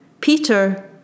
Peter